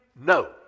no